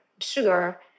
sugar